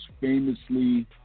famously